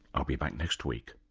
i'll be back next week